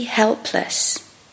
Helpless